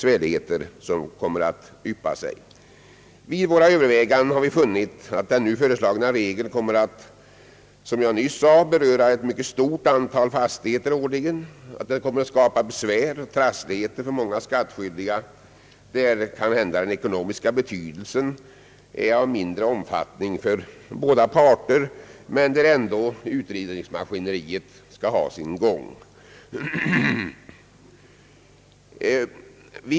Vid våra överväganden har vi funnit att den nu föreslagna regeln årligen kommer att beröra ett mycket stort antal fastigheter, att den kommer att skapa besvär och trassligheter för många skattskyldiga, i fall där många gånger den ekonomiska betydelsen är av mindre omfattning för båda parter, men där dock utredningsmaskineriet måste ha sin gång.